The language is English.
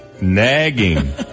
Nagging